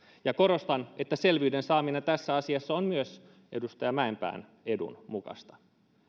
ja korostan että selvyyden saaminen tässä asiassa on myös edustaja mäenpään edun mukaista